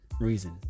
reason